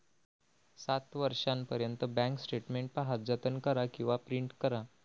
सात वर्षांपर्यंत bank statement पहा, जतन करा किंवा प्रिंट करा